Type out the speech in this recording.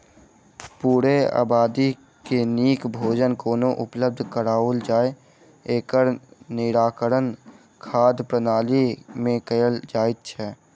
पूरे आबादी के नीक भोजन कोना उपलब्ध कराओल जाय, एकर निराकरण खाद्य प्रणाली मे कयल जाइत छै